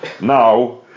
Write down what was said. now